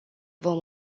vom